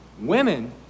women